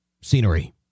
scenery